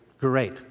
great